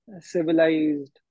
civilized